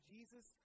Jesus